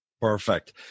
Perfect